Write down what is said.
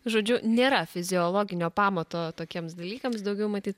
žodžiu nėra fiziologinio pamato tokiems dalykams daugiau matyt